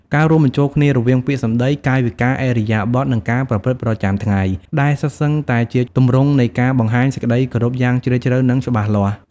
ការរួមបញ្ចូលគ្នារវាងពាក្យសម្ដី កាយវិការ ឥរិយាបថ និងការប្រព្រឹត្តប្រចាំថ្ងៃ ដែលសុទ្ធសឹងតែជាទម្រង់នៃការបង្ហាញសេចក្តីគោរពយ៉ាងជ្រាលជ្រៅ និងច្បាស់លាស់។